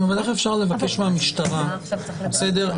אבל איך אפשר לבקש מהמשטרה סדר דין.